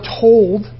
told